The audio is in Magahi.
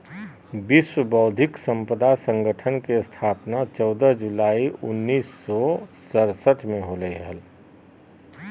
विश्व बौद्धिक संपदा संगठन के स्थापना चौदह जुलाई उननिस सो सरसठ में होलय हइ